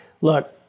look